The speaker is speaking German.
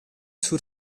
zur